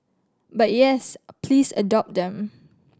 but yes please adopt them